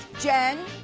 jen,